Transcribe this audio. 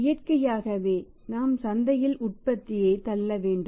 இயற்கையாகவே நாம் சந்தையில் உற்பத்தியை தள்ள வேண்டும்